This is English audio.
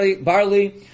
barley